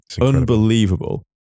unbelievable